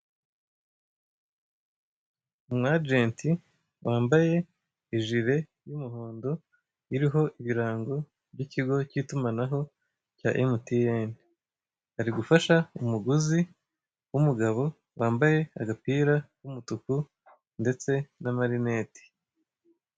Umwajenti wambaye ijire y'umuhondo iriho ibirango by'ikigo k'itumanaho cya emutiyene, ari gufasha umuguzi w'umugabo wambaye agapira k'umutuku ndetse n'amarinete.